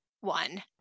one